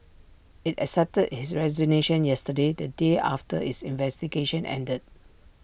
IT accepted his resignation yesterday the day after its investigation ended